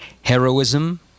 Heroism